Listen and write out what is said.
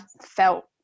felt